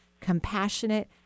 compassionate